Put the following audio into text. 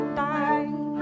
die